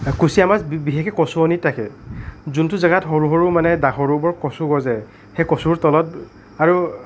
কুচীয়া মাছ বিশেষকৈ কচুৱনীত থাকে যোনটো জেগাত সৰু সৰু মানে সৰু বৰ কচু গজে সেই কচুৰ তলত আৰু